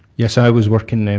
yes, i was working then,